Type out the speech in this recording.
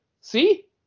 See